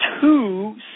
Two